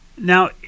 now